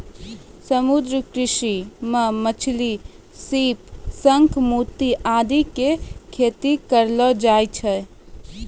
समुद्री कृषि मॅ मछली, सीप, शंख, मोती आदि के खेती करलो जाय छै